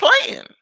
playing